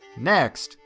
next,